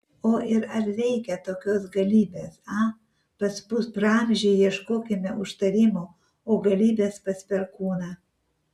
o ir ar reikia tokios galybės a pas praamžį ieškokime užtarimo o galybės pas perkūną